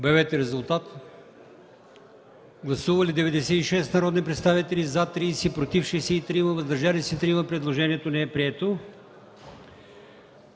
на гласуване. Гласували 96 народни представители: за 30, против 63, въздържали се 3. Предложението не е прието.